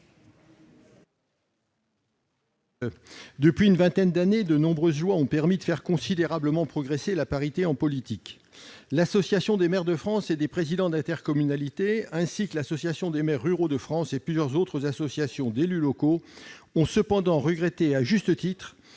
Depuis une vingtaine d'années, de nombreuses lois ont permis de faire considérablement progresser la parité en politique. L'Association des maires de France et des présidents d'intercommunalité, l'AMF, ainsi que l'Association des maires ruraux de France, l'AMRF, et plusieurs autres associations d'élus locaux ont cependant souligné, à juste titre,